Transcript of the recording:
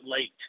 late